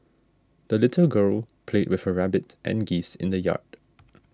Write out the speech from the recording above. the little girl played with her rabbit and geese in the yard